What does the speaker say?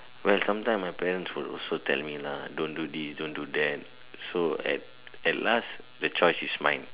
well sometimes my parents will also tell me lah don't do this don't do that so at at last the choice is mine